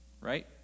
Right